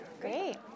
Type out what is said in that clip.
Great